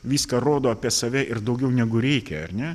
viską rodo apie save ir daugiau negu reikia ar ne